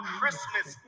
Christmas